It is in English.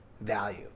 value